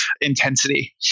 intensity